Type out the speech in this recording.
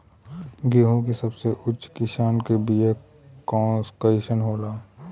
गेहूँ के सबसे उच्च किस्म के बीया कैसन होला?